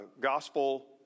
Gospel